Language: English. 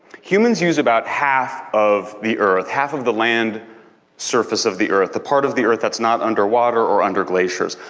humans use about half of the earth half of the land surface of the earth the part of the earth that's not underwater or under glaciers.